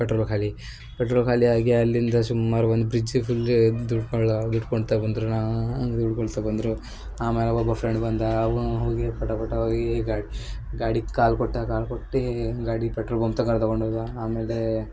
petrol ಖಾಲಿ petrol ಖಾಲಿ ಆಗಿ ಅಲ್ಲಿಂದ ಸುಮಾರು ಬಂದು ಬ್ರಿಡ್ಜ್ ಫುಲ್ಲ ದೂಡ್ಕೊಳ್ಳ ದೂಡ್ಕೊತ ಬಂದರು ನಾವು ದೂಡಿಕೊಳ್ತಾ ಬಂದರು ಆಮೇಲೆ ಒಬ್ಬ ಫ್ರೆಂಡ್ ಬಂದ ಅವ ಹೋಗಿ ಪಟ ಪಟ ಹೋಗಿ ಗಾಡಿ ಗಾಡಿಗೆ ಕಾಲು ಕೊಟ್ಟ ಕಾಲು ಕೊಟ್ಟು ಗಾಡಿ ಪೆಟ್ರೋಲ್ ಬಂಕ್ ತನಕ ತಗೊಂಡು ಹೋದ ಆಮೇಲೆ